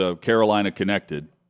Carolina-connected